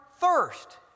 thirst